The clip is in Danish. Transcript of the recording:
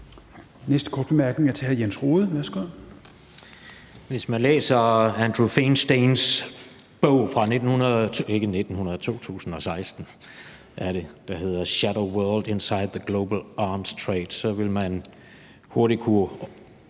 Værsgo. Kl. 16:23 Jens Rohde (KD): Hvis man læser Andrew Feinsteins bog fra 2011 , der hedder »The Shadow World: Inside the Global Arms Trade«, så vil man hurtigt kunne